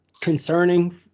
concerning